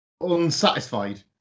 unsatisfied